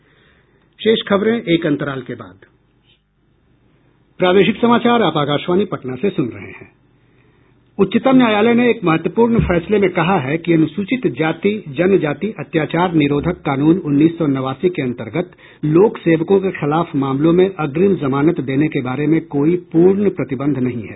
उच्चतम न्यायालय ने एक महत्वपूर्ण फैसले में कहा है कि अनुसूचित जाति जनजाति अत्याचार निरोधक कानून उन्नीस सौ नवासी के अंतर्गत लोकसेवकों के खिलाफ मामलों में अग्रिम जमानत देने के बारे में कोई पूर्ण प्रतिबंध नहीं है